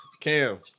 Cam